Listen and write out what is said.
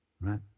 right